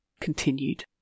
continued